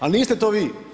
Al niste to vi?